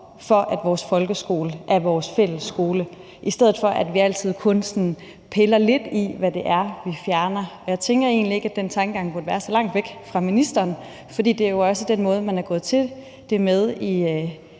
for at vores folkeskole er vores fælles skole, i stedet for at vi altid kun sådan piller lidt i, hvad det er, vi fjerner. Jeg tænker egentlig ikke, at den tankegang burde være så langt væk fra ministeren, for det er jo også den måde, man er gået til det på i